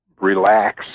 relax